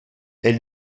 elle